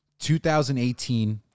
2018